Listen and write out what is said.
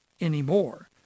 anymore